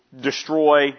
destroy